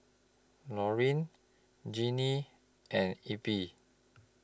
Lorene Jeanine and Eppie